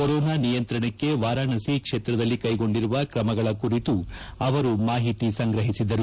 corona ನಿಯಂತ್ರಣಕ್ಕೆ ವಾರಾಣಸಿ ಕ್ಷೇತ್ರದಲ್ಲಿ ಕೈಗೊಂಡಿರುವ ಕ್ರಮಗಳ ಕುರಿತು ಅವರು ಮಾಹಿತಿ ಸಂಗ್ರಹಿಸಿದರು